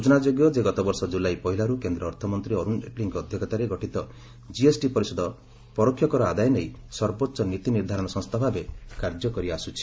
ସୂଚନାଯୋଗ୍ୟ ଯେ ଗତବର୍ଷ ଜୁଲାଇ ପହିଲାରୁ କେନ୍ଦ୍ର ଅର୍ଥମନ୍ତ୍ରୀ ଅରୁଣ ଜେଟ୍ଲୀଙ୍କ ଅଧ୍ୟକ୍ଷତାରେ ଗଠିତ ଜିଏସ୍ଟି ପରିଷଦ ପରୋକ୍ଷ କର ଆଦାୟ ନେଇ ସର୍ବୋଚ୍ଚ ନୀତି ନିର୍ଦ୍ଧାରଣ ସଂସ୍ଥା ଭାବେ କାର୍ଯ୍ୟ କରି ଆସୁଛି